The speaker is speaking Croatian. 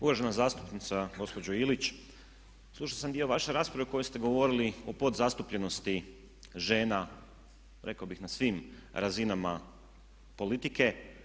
Uvažena zastupnica, gospođo Ilić, slušao sam dio vaše rasprave u kojoj ste govorili o podzastupljenosti žena rekao bih na svim razinama politike.